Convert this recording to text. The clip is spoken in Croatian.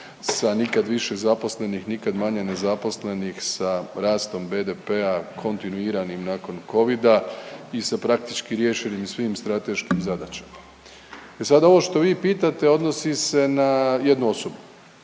sa nikad više zaposlenih, nikad manje nezaposlenih, sa rastom BDP-a, kontinuiranim nakon covida i sa praktički riješenim svim strateškim zadaćama. E sad ovo što vi pitate odnosi se na jednu osobu